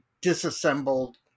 disassembled